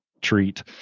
treat